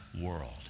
world